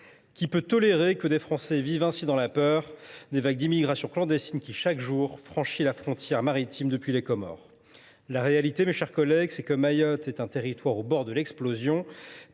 Qui peut tolérer que des Français vivent ainsi dans la peur des vagues d’immigration clandestine ? Chaque jour, de nouveaux migrants franchissent la frontière maritime depuis les Comores. La réalité, mes chers collègues, c’est que Mayotte est un territoire au bord de l’explosion.